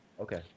Okay